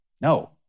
No